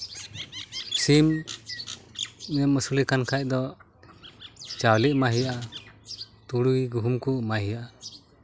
ᱥᱤᱢ ᱮᱢ ᱟᱹᱥᱩᱞᱮ ᱠᱟᱱ ᱠᱷᱟᱡ ᱫᱚ ᱪᱟᱣᱞᱮ ᱮᱢᱟᱭ ᱦᱩᱭᱩᱜᱼᱟ ᱛᱩᱲᱤ ᱜᱩᱦᱩᱢ ᱠᱚ ᱮᱢᱟᱭ ᱦᱩᱭᱩᱜᱼᱟ